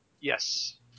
Yes